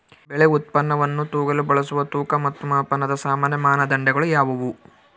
ಬೆಳೆ ಉತ್ಪನ್ನವನ್ನು ತೂಗಲು ಬಳಸುವ ತೂಕ ಮತ್ತು ಮಾಪನದ ಸಾಮಾನ್ಯ ಮಾನದಂಡಗಳು ಯಾವುವು?